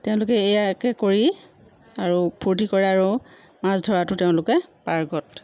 তেওঁলোকে এয়াকে কৰি আৰু ফূৰ্তি কৰে আৰু মাছ ধৰাতো তেওঁলোকে পাৰ্গত